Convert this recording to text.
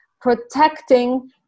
protecting